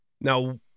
Now